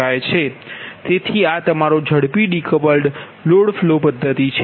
તેથી આ તમારો ઝડપી ડીકપલ્ડ લોડ ફ્લો પદ્ધતિ છે